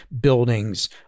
buildings-